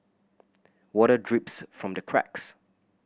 water drips from the cracks